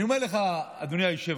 אני אומר לך, אדוני היושב-ראש,